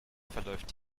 verläuft